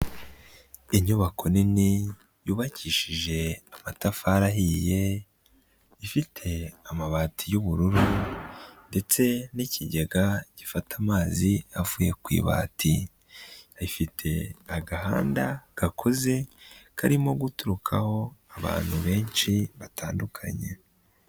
Inyubako nini yubakishije amatafari ahiye ifite amabati y'ubururu ndetse n'ikigega gifata amazi avuye ku ibati, ifite agahanda gakoze karimo guturukaho abantu benshi batandukanye.